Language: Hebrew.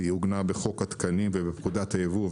היא עוגנה בחוק התקנים ובפקודת הייבוא והייצוא.